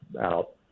out